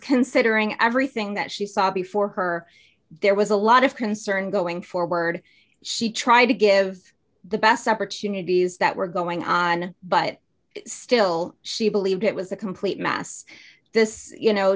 considering everything that she saw before her there was a lot of concern going forward she tried to give the best opportunities that were going on but still she believed it was a complete mess this you know